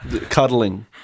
Cuddling